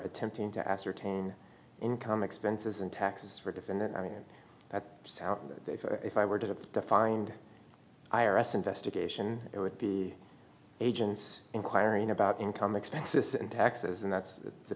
attempting to ascertain income expenses in taxes for defendant i mean that souter if i were to have defined i r s investigation it would be agents inquiring about income expenses and taxes and that's the